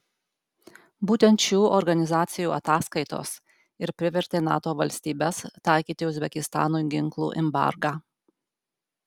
būtent šių organizacijų ataskaitos ir privertė nato valstybes taikyti uzbekistanui ginklų embargą